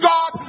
God